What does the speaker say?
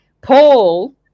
Paul